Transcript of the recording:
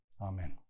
Amen